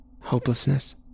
hopelessness